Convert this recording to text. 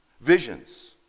visions